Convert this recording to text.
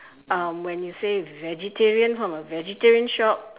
um when you say vegetarian from a vegetarian shop